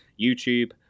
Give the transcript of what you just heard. YouTube